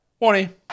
Morning